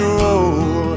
roll